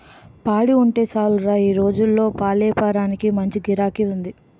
పాడి ఉంటే సాలురా ఈ రోజుల్లో పాలేపారానికి మంచి గిరాకీ ఉంది